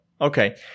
Okay